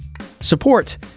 support